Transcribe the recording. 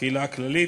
בקהילה הכללית.